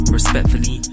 Respectfully